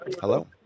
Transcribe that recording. Hello